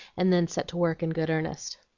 and then set to work in good earnest.